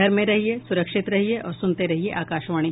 घर में रहिये सुरक्षित रहिये और सुनते रहिये आकाशवाणी